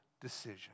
decision